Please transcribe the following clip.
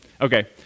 Okay